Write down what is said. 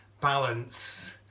balance